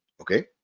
Okay